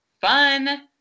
fun